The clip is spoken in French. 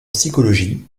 psychologie